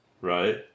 Right